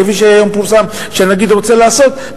כפי שהיום פורסם שהנגיד רוצה לעשות,